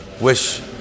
wish